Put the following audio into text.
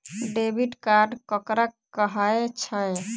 Debit card ककरा कहै छै?